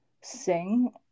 sing